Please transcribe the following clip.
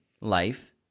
life